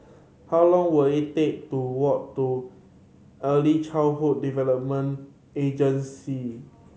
how long will it take to walk to Early Childhood Development Agency